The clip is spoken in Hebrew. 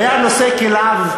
הוא היה נושא כליו,